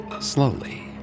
Slowly